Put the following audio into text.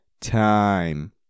time